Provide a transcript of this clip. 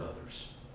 others